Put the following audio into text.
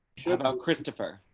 shut out christopher.